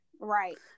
Right